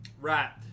Right